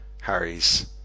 Harry's